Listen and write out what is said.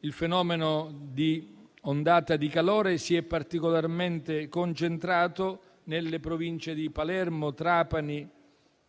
il fenomeno di ondata di calore si è particolarmente concentrato nelle Province di Palermo, Trapani,